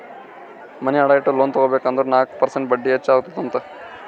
ಮನಿ ಅಡಾ ಇಟ್ಟು ಲೋನ್ ತಗೋಬೇಕ್ ಅಂದುರ್ ನಾಕ್ ಪರ್ಸೆಂಟ್ ಬಡ್ಡಿ ಹೆಚ್ಚ ಅತ್ತುದ್ ಅಂತ್